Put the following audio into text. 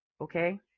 Okay